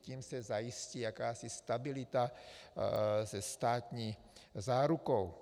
Tím se zajistí jakási stabilita se státní zárukou.